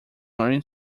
learning